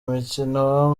mukino